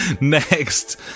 Next